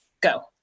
go